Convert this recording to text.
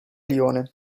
lione